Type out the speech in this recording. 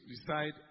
decide